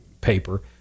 paper